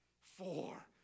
four